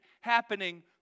happening